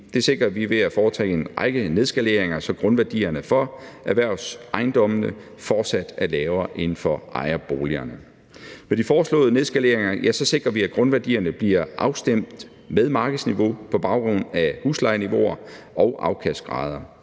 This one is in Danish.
Det sikrer vi ved at foretage en række nedskaleringer, så grundværdierne for erhvervsejendommene fortsat er lavere end for ejerboligerne. Med de foreslåede nedskaleringer sikrer vi, at grundværdierne bliver afstemt med markedsniveau på baggrund af huslejeniveauer og afkastgrader.